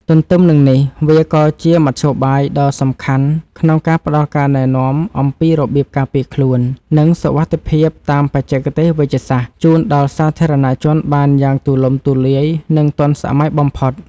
ទន្ទឹមនឹងនេះ វាក៏ជាមធ្យោបាយដ៏សំខាន់ក្នុងការផ្ដល់ការណែនាំអំពីរបៀបការពារខ្លួន និងសុវត្ថិភាពតាមបច្ចេកទេសវេជ្ជសាស្ត្រ ជូនដល់សាធារណជនបានយ៉ាងទូលំទូលាយ និងទាន់សម័យបំផុត។